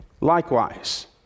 likewise